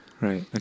Right